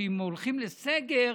שאם הולכים לסגר